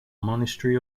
monastery